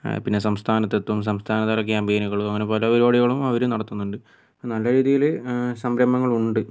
പിന്നെ സംസ്ഥാനത്തെയും സംസ്ഥാനതല ക്യാംപെയിനുകളും അങ്ങനെ പല പരിപാടികളും അവർ നടത്തുന്നുണ്ട് നല്ല രീതിയിൽ സംരംഭങ്ങളുണ്ട്